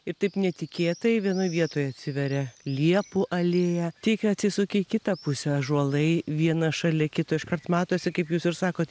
ir taip netikėtai vienoj vietoj atsiveria liepų alėja tik atsisuk į kitą pusę ąžuolai vienas šalia kito iškart matosi kaip jūs ir sakot